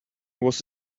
was